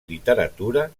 literatura